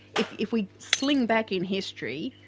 if if we sling back in history,